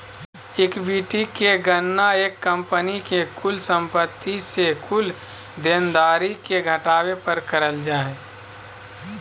equity के गणना एक कंपनी के कुल संपत्ति से कुल देनदारी के घटावे पर करल जा हय